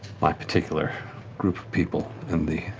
my particular group of people and the